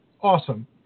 Awesome